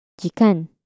Jikan